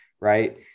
Right